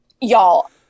Y'all